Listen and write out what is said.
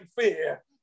fear